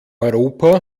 europa